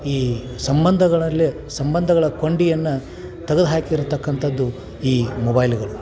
ಈ ಸಂಬಂಧಗಳಲ್ಲೇ ಸಂಬಂಧಗಳ ಕೊಂಡಿಯನ್ನು ತಗ್ದು ಹಾಕಿರತಕ್ಕಂಥದ್ದು ಈ ಮೊಬೈಲುಗಳು